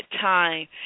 time